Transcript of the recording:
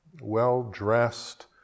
well-dressed